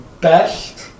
best